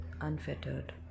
unfettered